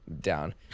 Down